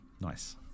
nice